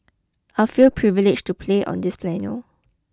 I feel privileged to play on this piano